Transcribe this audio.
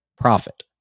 profit